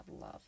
love